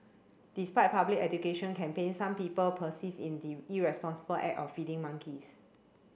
despite public education campaigns some people persist in the irresponsible act of feeding monkeys